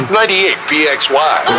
98pxy